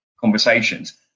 conversations